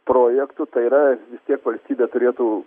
projektų tai yra vis tiek valstybė turėtų